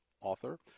author